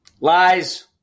Lies